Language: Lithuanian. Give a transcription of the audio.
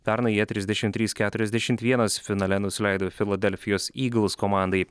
pernai jie trisdešimt trys keturiasdešimt vienas finale nusileido filadelfijos ygls komandai